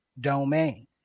domain